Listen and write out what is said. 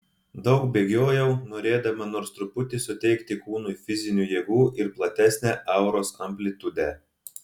daug bėgiojau norėdama nors truputį suteikti kūnui fizinių jėgų ir platesnę auros amplitudę